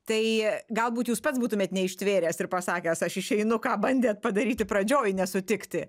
tai galbūt jūs pats būtumėt neištvėręs ir pasakęs aš išeinu ką bandėt padaryti pradžioj nesutikti